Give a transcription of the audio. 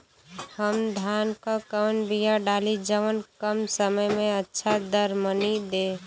हम धान क कवन बिया डाली जवन कम समय में अच्छा दरमनी दे?